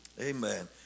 Amen